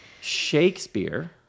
Shakespeare